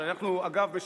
אגב,